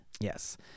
Yes